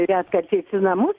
retkarčiais į namus